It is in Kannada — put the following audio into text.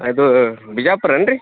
ಅದು ಬಿಜಾಪುರ ಏನ್ರೀ